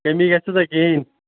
کٔمی گژھٮ۪س نہ کِہیٖنۍ